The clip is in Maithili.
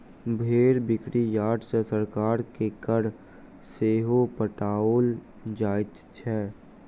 भेंड़ बिक्री यार्ड सॅ सरकार के कर सेहो पठाओल जाइत छै